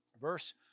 verse